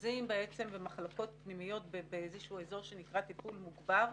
מאושפזים במחלקות פנימיות באיזור שנקרא: טיפול מוגבר,